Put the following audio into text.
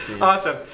Awesome